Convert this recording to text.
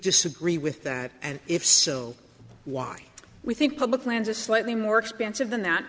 disagree with that and if so why we think public lands a slightly more expansive tha